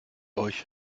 euch